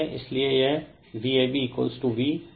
इसलिए यह VAB v refer time 3436 है